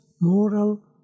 moral